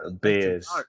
beers